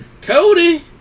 Cody